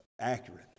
accurate